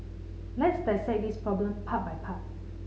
let's dissect this problem part by part